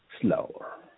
slower